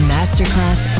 Masterclass